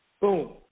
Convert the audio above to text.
boom